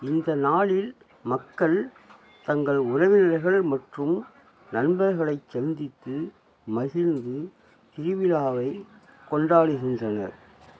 இந்த நாளில் மக்கள் தங்கள் உறவினர்கள் மற்றும் நண்பர்களைச் சந்தித்து மகிழ்ந்து திருவிழாவை கொண்டாடுகின்றனர்